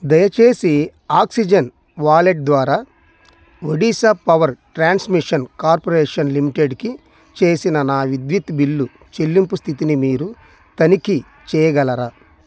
దయచేసి oxygen wallet ద్వారా Odisha power transmission corporation లిమిటెడ్కి చేసిన నా విద్యుత్ బిల్లు చెల్లింపు స్థితిని మీరు తనిఖీ చెయ్యగలరా